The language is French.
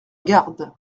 garde